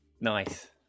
Nice